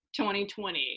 2020